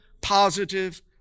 positive